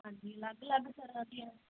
ਹਾਂਜੀ ਅਲੱਗ ਅਲੱਗ ਤਰ੍ਹਾਂ ਦੀਆਂ